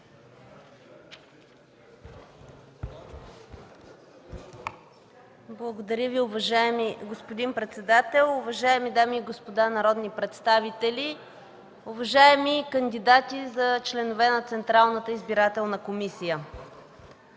Благодаря Ви, уважаеми господин председател. Уважаеми дами и господа народни представители, уважаеми кандидати за членове на Централната избирателна комисия!